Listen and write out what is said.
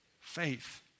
faith